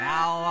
Now